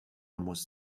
muss